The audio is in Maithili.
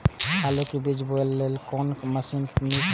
आलु के बीज बोय लेल कोन मशीन नीक ईय?